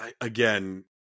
again